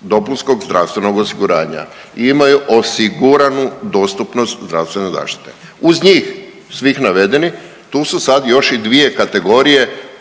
dopunskog zdravstvenog osiguranja i imaju osiguranu dostupnost zdravstvene zaštite. Uz njih svih navedeni tu su sad i još dvije kategorije po